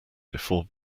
before